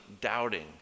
doubting